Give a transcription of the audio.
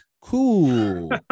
cool